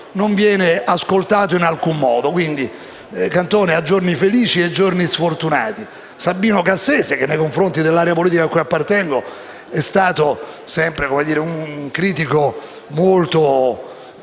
non viene ascoltato in alcun modo quindi ha giorni felici e giorni sfortunati, ma anche di Sabino Cassese, che nei confronti dell'area politica cui appartengo è stato sempre un critico molto